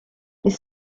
les